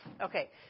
Okay